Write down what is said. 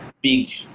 big